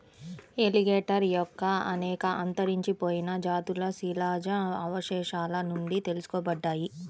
alligator యొక్క అనేక అంతరించిపోయిన జాతులు శిలాజ అవశేషాల నుండి తెలుసుకోబడ్డాయి